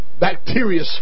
Bacteria